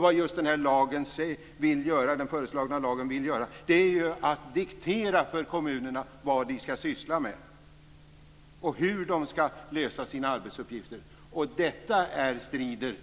Vad den föreslagna lagen syftar till är ju att diktera för kommunerna vad de ska syssla med och hur de ska utföra sina arbetsuppgifter. Detta strider